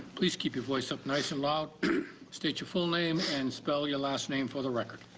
please keep your voice up nice and loud. state your full name and spell your last name for the record.